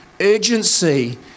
urgency